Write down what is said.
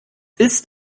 ist